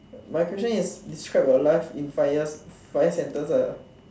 my question is describe your life in five five sentence lah